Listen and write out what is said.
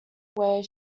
where